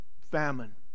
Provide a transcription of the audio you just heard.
famine